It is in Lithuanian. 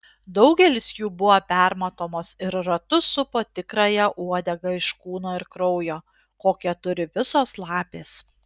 daugelis jų buvo permatomos ir ratu supo tikrąją uodegą iš kūno ir kraujo kokią turi visos lapės